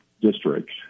district